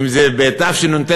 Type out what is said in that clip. אם בתשנ"ט,